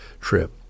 trip